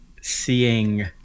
seeing